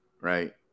right